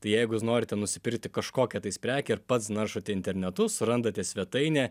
tai jeigu jūs norite nusipirkti kažkokią tais prekę ir pats naršote internetu surandate svetainę